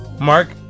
mark